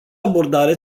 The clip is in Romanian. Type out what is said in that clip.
abordare